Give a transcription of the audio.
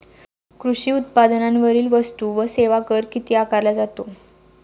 कृषी उत्पादनांवरील वस्तू व सेवा कर किती आकारला जातो?